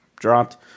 dropped